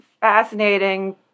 fascinating